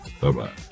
Bye-bye